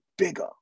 bigger